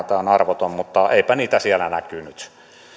tämä on arvoton ja niin edespäin mutta eipä niitä siellä näkynyt